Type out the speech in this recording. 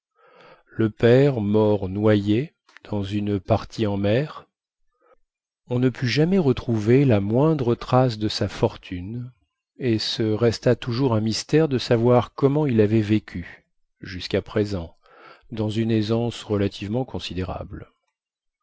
le père mort noyé dans une partie en mer on ne put jamais retrouver la moindre trace de sa fortune et ce resta toujours un mystère de savoir comment il avait vécu jusquà présent dans une aisance relativement considérable